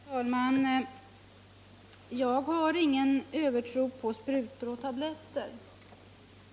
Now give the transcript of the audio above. Herr talman! Jag hyser ingen övertro på sprutor och tabletter.